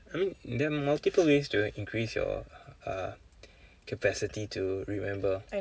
I mean there are multiple ways to increase your uh capacity to remember